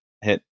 hit